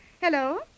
Hello